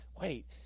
Wait